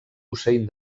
hussein